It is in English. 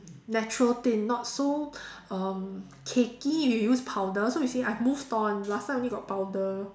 natural thin not so um cakey you use powder so you see I've moved on last time only got powder